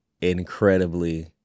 Incredibly